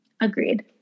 agreed